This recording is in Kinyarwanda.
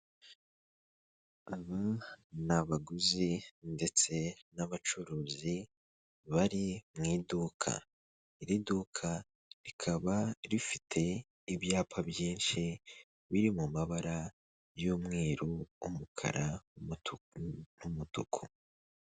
Aba ni abaguzi ndetse n'abacuruzi bari mu iduka, iri duka rikaba rifite ibyapa byinshi biri mu mabara y'umweru, umukara, umutuku n'umutuku.